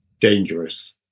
dangerous